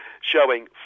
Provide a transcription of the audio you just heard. showing